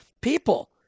People